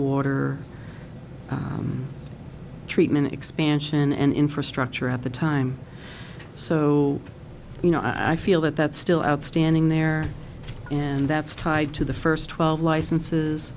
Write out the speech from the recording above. water treatment expansion and infrastructure at the time so you know i feel that that's still outstanding there and that's tied to the first twelve licenses